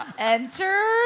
Enter